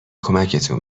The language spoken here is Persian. کمکتون